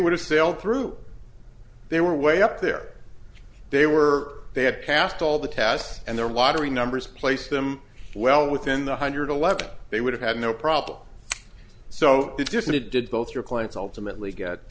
would have sailed through they were way up there they were they had passed all the tests and their lottery numbers placed them well within the hundred eleven they would have had no problem so it's just it did both your clients ultimately get